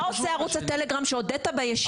מה עושה ערוץ הטלגרם שהודית בישיבה?